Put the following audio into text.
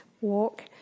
walk